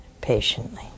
patiently